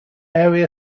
area